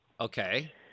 Okay